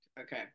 Okay